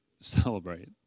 celebrate